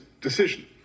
decision